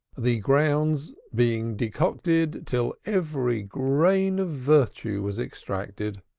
the grounds being decocted till every grain of virtue was extracted.